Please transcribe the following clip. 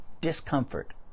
discomfort